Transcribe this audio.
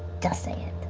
just say it,